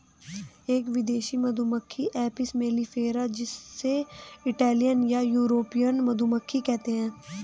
एक विदेशी मधुमक्खी एपिस मेलिफेरा जिसे इटालियन या यूरोपियन मधुमक्खी कहते है